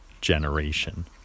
generation